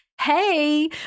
hey